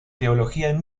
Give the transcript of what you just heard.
teología